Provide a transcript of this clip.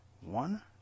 One